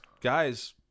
guys